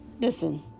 Listen